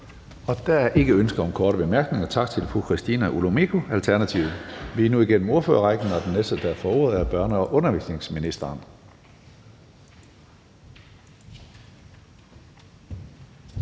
Der er ikke ønsker om korte bemærkninger. Tak til fru Christina Olumeko, Alternativet. Vi er nu igennem ordførerrækken, og den næste, der får ordet, er børne- og undervisningsministeren.